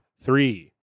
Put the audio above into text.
three